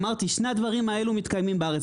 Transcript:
אמרתי, שני הדברים האלה מתקיימים בארץ.